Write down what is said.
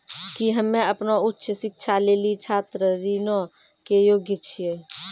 कि हम्मे अपनो उच्च शिक्षा लेली छात्र ऋणो के योग्य छियै?